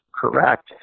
correct